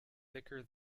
thicker